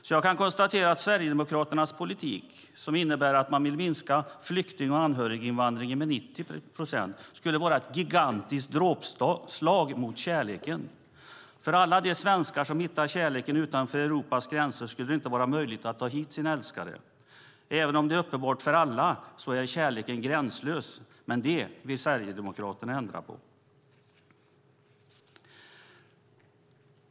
Så jag kan konstatera att Sverigedemokraternas politik, som innebär att man vill minska flykting och anhöriginvandringen med 90 procent, skulle vara ett gigantiskt dråpslag mot kärleken. För alla de svenskar som hittat kärleken utanför Europas gränser skulle det inte vara möjligt att ta hit sin älskade. Det är uppenbart för alla att kärleken är gränslös, men det vill Sverigedemokraterna ändra på.